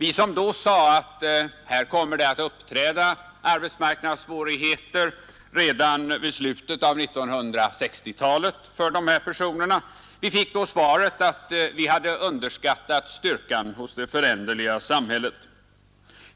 Vi som då sade att det kommer att uppträda arbetsmarknadssvårigheter redan vid slutet av 1960-talet för ifrågavarande kategori fick då svaret, att vi hade underskattat styrkan hos det föränderliga samhället.